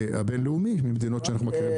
הבינלאומי ממדינות שאנחנו מכירים בתקן שלהן.